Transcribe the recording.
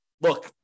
look